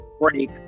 break